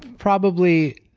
probably